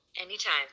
Anytime